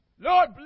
Lord